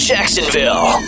Jacksonville